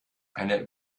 eine